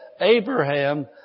Abraham